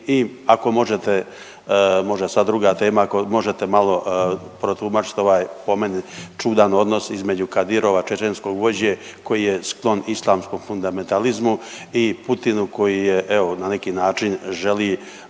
I ako možete, možda sad druga tema, ako možete malo protumačiti ovaj po meni čudan odnos između Kadirova čečenskog vođe koji je sklon islamskom fundametalizmu i Putinu koji je evo na neki način želi